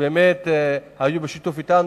שבאמת פעלו בשיתוף אתנו.